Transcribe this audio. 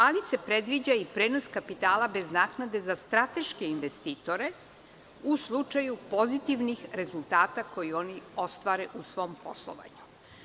Ali, sada se predviđa i prenos kapitala bez naknade za strateške investitore u slučaju pozitivnih rezultata koje oni ostvare u svom poslovanju.